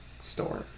store